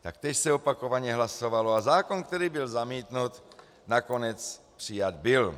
Taktéž se opakovaně hlasovalo a zákon, který byl zamítnut, nakonec přijat byl.